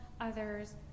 others